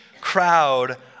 crowd